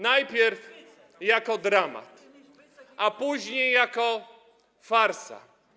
Najpierw jako dramat, a później jako farsa.